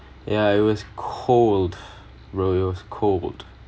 ya it was cold bro it was cold